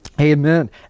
amen